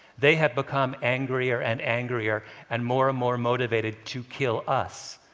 they have become angrier and angrier and more and more motivated to kill us.